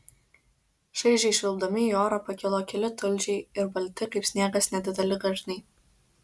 šaižiai švilpdami į orą pakilo keli tulžiai ir balti kaip sniegas nedideli garniai